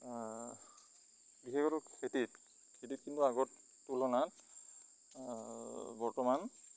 বিশেষতঃ খেতিত খেতিত কিন্তু আগত তুলনাত বৰ্তমান